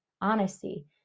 honesty